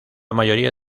mayoría